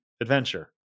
adventure